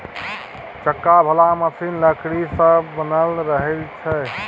चक्का बला मशीन लकड़ी सँ बनल रहइ छै